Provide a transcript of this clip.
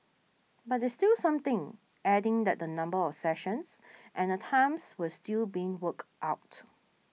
but it's still something adding that the number of sessions and the times were still being worked out